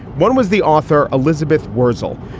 one was the author, elizabeth wurtzel.